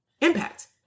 Impact